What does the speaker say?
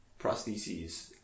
prostheses